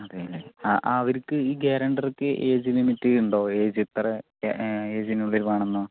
അതെലെ ആ അവർക്ക് ഈ ഗ്യാരണ്ടർക്ക് ഏജ് ലിമിറ്റ് ഉണ്ടോ ഏജ് ഇത്രേ ഏജിനുള്ളിൽ വേണമെന്നോ